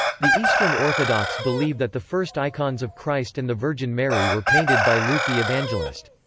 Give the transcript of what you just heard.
the eastern orthodox believe that the first icons of christ and the virgin mary were painted by luke the evangelist.